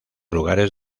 lugares